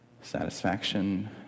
satisfaction